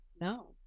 no